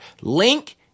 Link